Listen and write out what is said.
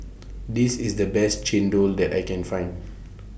This IS The Best Chendol that I Can Find